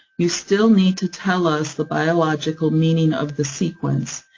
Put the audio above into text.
you still need to tell us the biological meaning of the sequence,